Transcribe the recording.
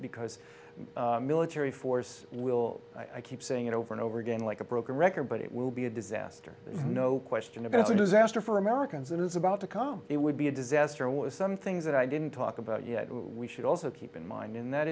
because military force will i keep saying it over and over again like a broken record but it will be a disaster no question about it's a disaster for americans that is about to come it would be a disaster with some things that i didn't talk about yet we should also keep in mind in that